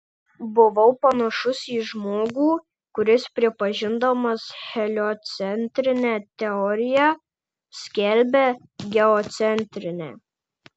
buvau panašus į žmogų kuris pripažindamas heliocentrinę teoriją skelbia geocentrinę